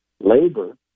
labor